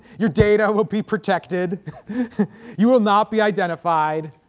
your data will be protected you will not be identified